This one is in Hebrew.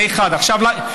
זה, אחד, עכשיו לעניין.